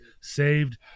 saved